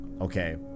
okay